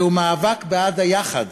זהו מאבק בעד היחד,